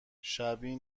شبیه